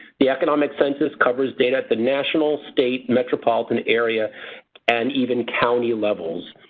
the economic census covers data at the national, state, metropolitan area and even county levels.